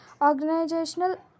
organizational